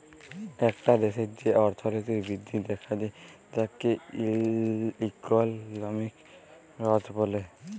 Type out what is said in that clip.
একটা দ্যাশের যে অর্থলৈতিক বৃদ্ধি দ্যাখা যায় তাকে ইকলমিক গ্রথ ব্যলে